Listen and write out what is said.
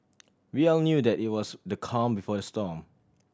we all knew that it was the calm before the storm